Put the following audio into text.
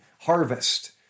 harvest